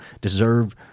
deserve